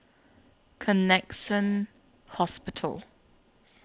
Connexion Hospital